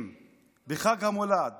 אם בחג המולד